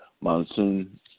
Monsoon